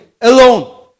alone